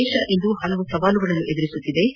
ದೇಶ ಇಂದು ಹಲವಾರು ಸವಾಲುಗಳನ್ನು ಎದುರಿಸುತ್ತಿದ್ದು